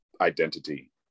identity